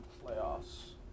playoffs